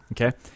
Okay